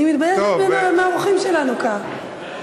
אני מתביישת מהאורחים שלנו כאן.